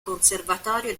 conservatorio